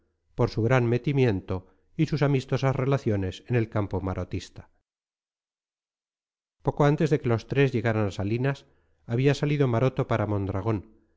por su gran metimiento y sus amistosas relaciones en el campo marotista poco antes de que los tres llegaran a salinas había salido maroto para mondragón